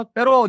Pero